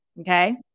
okay